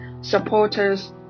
supporters